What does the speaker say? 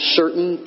certain